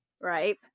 right